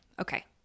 okay